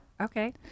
Okay